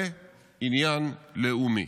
זה עניין לאומי.